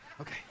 okay